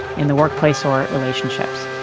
in the workplace or relationships,